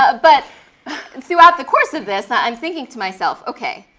ah but and throughout the course of this, i'm thinking to myself, okay,